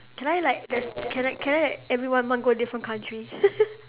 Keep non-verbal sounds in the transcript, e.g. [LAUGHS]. can I like just can I can I like every one month go a different country [LAUGHS]